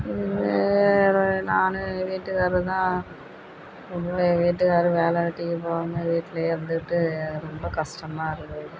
ம் நான் எங்கள் வீட்டுக்காரர்தான் இப்போ எங்கள் வீட்டுக்காரர் வேலை வெட்டிக்கு போகாம வீட்டுலேயே இருந்துக்கிட்டு ரொம்ப கஷ்டமா இருக்குது